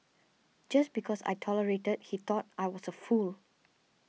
just because I tolerated he thought I was a fool